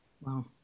Wow